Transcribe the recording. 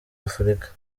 afurika